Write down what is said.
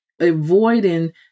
avoiding